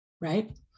right